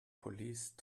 police